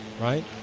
right